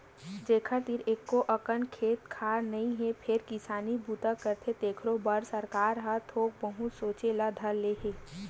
जेखर तीर एको अकन खेत खार नइ हे फेर किसानी बूता करथे तेखरो बर सरकार ह थोक बहुत सोचे ल धर ले हे